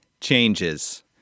changes